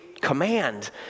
command